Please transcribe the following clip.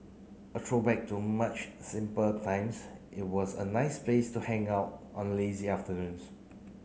a throwback to much simple times it was a nice place to hang out on lazy afternoons